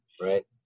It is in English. right